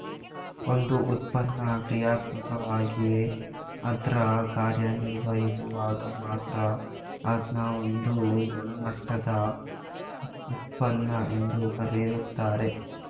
ಒಂದು ಉತ್ಪನ್ನ ಕ್ರಿಯಾತ್ಮಕವಾಗಿ ಅದ್ರ ಕಾರ್ಯನಿರ್ವಹಿಸುವಾಗ ಮಾತ್ರ ಅದ್ನ ಒಂದು ಗುಣಮಟ್ಟದ ಉತ್ಪನ್ನ ಎಂದು ಕರೆಯುತ್ತಾರೆ